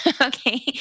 Okay